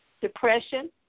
Depression